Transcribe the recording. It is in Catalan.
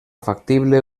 factible